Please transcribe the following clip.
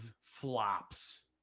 flops